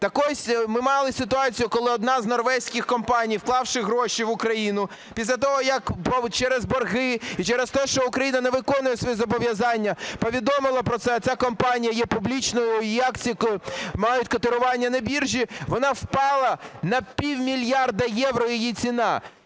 так ось, ми мали ситуацію, коли одна з норвезьких компаній, вклавши гроші в Україну, після того, як через борги і через те, що Україна не виконує свої зобов'язання, повідомила про це, ця компанія є публічною і її акції мають котирування на біржі, вона впала на пів мільярда євро, її ціна.